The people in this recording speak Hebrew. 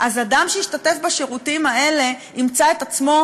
אז אדם שישתתף בשירותים האלה ימצא את עצמו